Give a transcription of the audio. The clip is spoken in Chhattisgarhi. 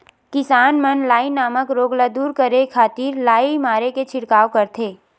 किसान मन लाई नामक रोग ल दूर करे खातिर लाई मारे के छिड़काव करथे